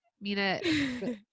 Mina